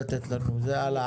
לסבים וסבתות של תינוקות שעלולים